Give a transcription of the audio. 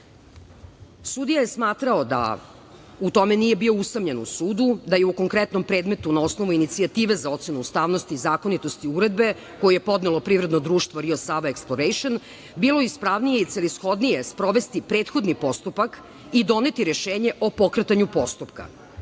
je smatrao da u tome nije bio usamljen u sudu, da je u konkretnom predmetu, na osnovu inicijative za ocenu ustavnosti i zakonitosti Uredbe koju je podnelo privredno društvo „Rio Sava eksploration“, bilo ispravnije i celishodnije sprovesti prethodni postupak i doneti rešenje od pokretanju postupka.